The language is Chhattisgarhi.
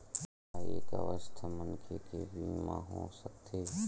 का एक अस्वस्थ मनखे के बीमा हो सकथे?